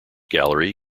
gallery